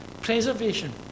Preservation